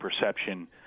perception